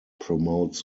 promotes